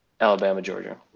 Alabama-Georgia